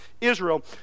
Israel